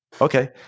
Okay